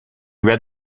read